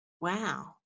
Wow